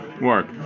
work